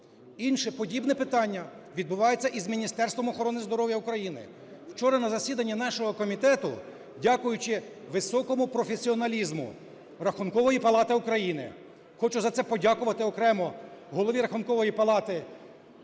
Інше подібне питання відбувається із Міністерством охорони здоров'я України. Вчора на засіданні нашого комітету, дякуючи високому професіоналізму Рахункової палати України (хочу за це подякувати окремо Голові Рахункової палати нашому